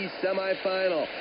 semifinal